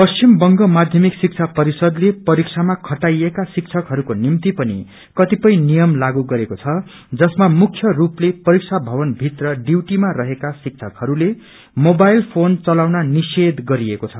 पश्चिम बंग माध्यमिक शिक्षा परिषदले परीक्षामा खटाइएका शिक्षकहरूको निम्ति पनि कतिपय नियम लागू गरेको छ जसमा मुख्य रूपले परीक्षा भवनभित्र डयूटीमा रहेका शिक्षकहरूले मोबाइल फोन चलाउन निषेच गरिएको छ